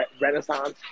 renaissance